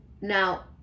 Now